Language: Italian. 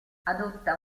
adotta